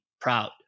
proud